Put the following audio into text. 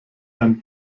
dein